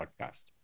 podcast